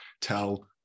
tell